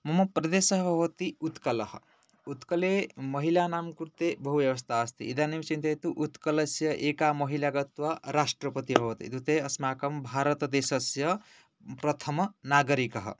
मम प्रदेशः भवति उत्कलः उत्कले महिलानां कृते बहु व्यवस्था अस्ति इदानीं चिन्तयतु उत्कलस्य एका महिला गत्वा राष्ट्रपति अभवत् इत्युक्ते अस्माकं भारतदेशस्य प्रथमनागरीकः